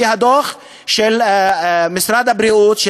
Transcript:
לפי הדוח של משרד הבריאות,